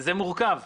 זה מורכב.